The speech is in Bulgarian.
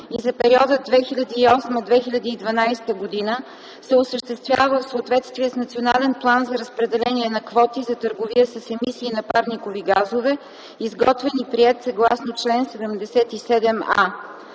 и за периода 2008-2012 г. се осъществява в съответствие с Национален план за разпределение на квоти за търговия с емисии на парникови газове, изготвен и приет съгласно чл. 77а.